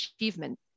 achievement